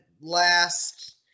last